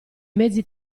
mezzi